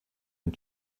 and